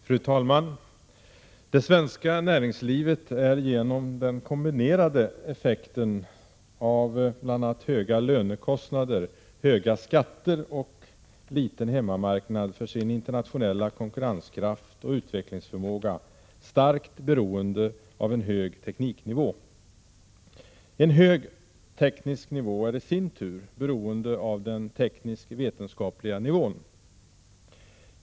Fru talman! Det svenska näringslivet är genom den kombinerade effekten av bl.a. höga lönekostnader, höga skatter och liten hemmamarknad för sin internationella konkurrenskraft och utvecklingsförmåga starkt beroende av en hög tekniknivå. En hög teknisk nivå är i sin tur beroende av den 101 teknisk-vetenskapliga nivån.